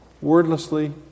wordlessly